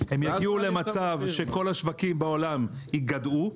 הם יגיעו למצב שכל השווקים בעולם ייגדעו,